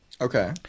Okay